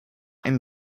ein